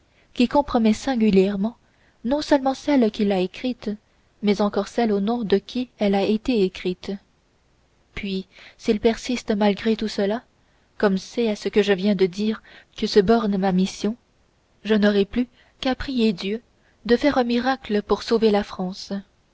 qui compromet singulièrement non seulement celle qui l'a écrite mais encore celle au nom de qui elle a été écrite puis s'il persiste malgré tout cela comme c'est à ce que je viens de dire que se borne ma mission je n'aurai plus qu'à prier dieu de faire un miracle pour sauver la france